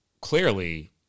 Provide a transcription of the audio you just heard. clearly